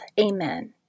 Amen